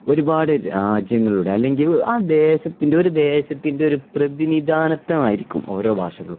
ഒരുപാടു രാജ്യങ്ങളുടെ അല്ലെങ്കിൽ ആ ദേശത്തിൻ്റെ ഒരു ദേശത്തിൻ്റെ ഒരു പ്രതിനിധാനമായിരിക്കും ഓരോ ഭാഷകളും